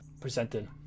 presented